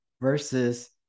versus